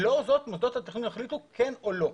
ולאור זאת מוסדות התכנון יחליטו כן או לא.